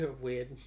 weird